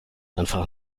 einfach